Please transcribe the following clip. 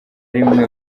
rimwe